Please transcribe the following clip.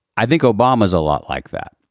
i think obama's a lot like that.